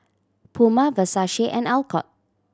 Puma Versace and Alcott